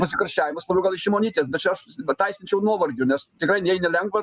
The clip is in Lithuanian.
pasikarščiavimas gal iš šimonytės bet čia aš pateisinčiau nuovargiu nes tikrai jai nelengva